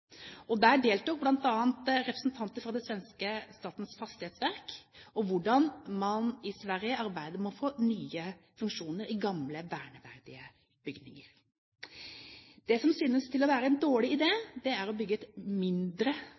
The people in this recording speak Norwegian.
Der deltok bl.a. representanter fra Statens Fastighetsverk i Sverige om hvordan man i Sverige arbeider med å få nye funksjoner i gamle verneverdige bygninger. Det som synes å være en dårlig idé, er å bygge et mindre